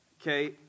okay